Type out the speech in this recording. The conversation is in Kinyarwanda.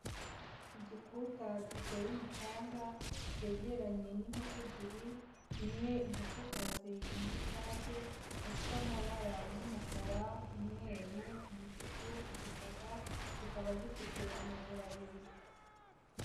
Igikuta giteye umucanga, cyegeranye n'inkoko ebyiri, imwe inkokokazi indi isake, zifite amabara y'umukara, umweru, umutuku, igitaka, zikaba zifite amaguru abiri.